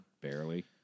Barely